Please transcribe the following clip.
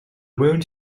wound